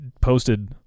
posted